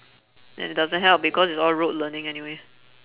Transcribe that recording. and doesn't help because it's all rote learning anyway